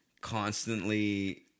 constantly